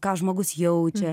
ką žmogus jaučia